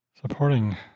supporting